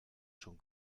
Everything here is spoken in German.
schon